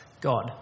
God